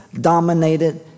dominated